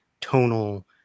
tonal